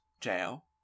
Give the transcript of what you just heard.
jail